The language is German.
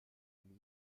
miene